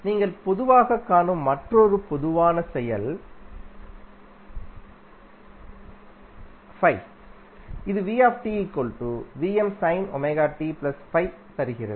நீங்கள் பொதுவாகக் காணும் மற்றொரு பொதுவான சொல் இது தருகிறது